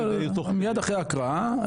מיד אחרי ההקראה,